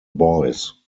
boys